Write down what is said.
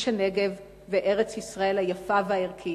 איש הנגב וארץ-ישראל היפה והערכית.